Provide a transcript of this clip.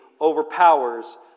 overpowers